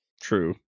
True